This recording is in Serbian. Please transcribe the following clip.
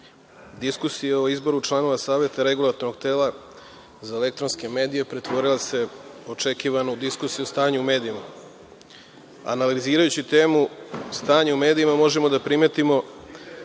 diskusija o izboru članova Saveta Regulatornog tela za elektronske medije pretvorila se, očekivano, u diskusiju o stanju u medijima. Analizirajući temu stanja u medijima, možemo da primetimo